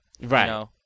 Right